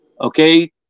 Okay